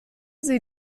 sie